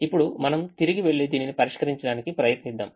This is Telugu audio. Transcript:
ఇప్పుడు మనం తిరిగి వెళ్లి దీనిని పరిష్కరించడానికి ప్రయత్నిద్దాం